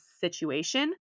situation